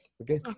Okay